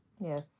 Yes